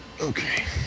Okay